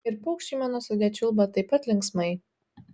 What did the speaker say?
ir paukščiai mano sode čiulba taip pat linksmai